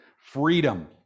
freedom